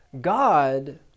God